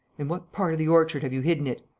in what part of the orchard have you hidden it?